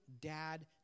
dad